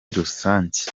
rusange